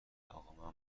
اقا